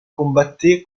combatté